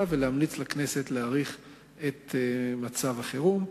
ולהמליץ לכנסת להאריך את מצב החירום.